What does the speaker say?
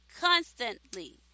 constantly